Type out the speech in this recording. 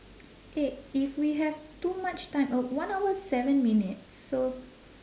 eh if we have too much time uh one hour seven minutes so